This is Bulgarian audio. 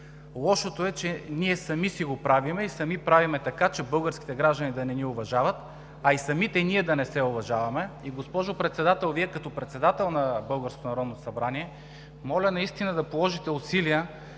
Лошото е, че ние сами си го правим и сами правим така, че българските граждани да не ни уважават, а и самите ние да не се уважаваме. Госпожо Председател, Вие като председател на българското Народно събрание, моля наистина да положите усилия